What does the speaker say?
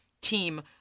team